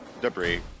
debris